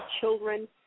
children